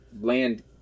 land